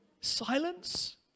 Silence